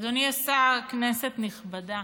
אדוני השר, כנסת נכבדה,